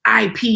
IP